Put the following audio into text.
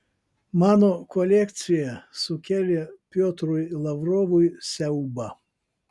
mano kolekcija sukėlė piotrui lavrovui siaubą